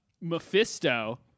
Mephisto